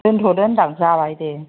दोनथ'दो होनदां जाबाय दे